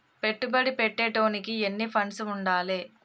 పెట్టుబడి పెట్టేటోనికి ఎన్ని ఫండ్స్ ఉండాలే?